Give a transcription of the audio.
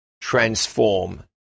transform